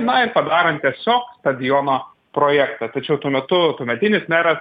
na ir padarant tiesiog stadiono projektą tačiau tuo metu tuometinis meras